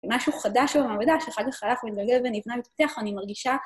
משהו חדש במעבדה, שחד וחלק מתנגד ונתנה מתפתח, אני מרגישה...